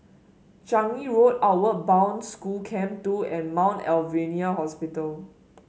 Changi Road Outward Bound School Camp Two and Mount Alvernia Hospital